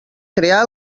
crear